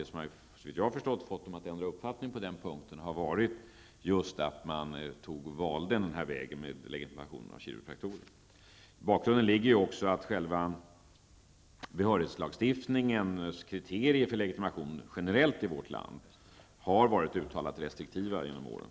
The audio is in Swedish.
Och såvitt jag har förstått är det som har fått dem att ändra uppfattning på den punkten just att man valde denna väg med legitimation av kiropraktorer. I bakgrunden ligger också att själva behörighetslagstiftningens kriterier för legitimation generellt i vårt land har varit uttalat restriktiva genom åren.